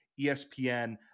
ESPN